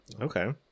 Okay